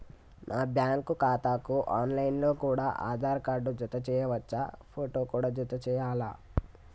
నా బ్యాంకు ఖాతాకు online లో కూడా ఆధార్ కార్డు జత చేయవచ్చా ఫోటో కూడా జత చేయాలా?